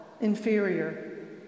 inferior